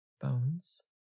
bones